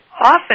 often